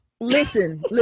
listen